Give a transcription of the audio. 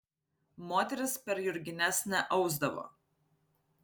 moterys per jurgines neausdavo